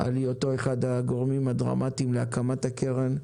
על היותו אחד מן הגורמים הדרמטיים להקמת הקרן,